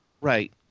right